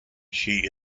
she